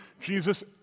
Jesus